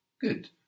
Good